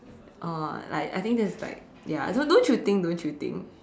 oh like I think that's like ya I don't you think don't you think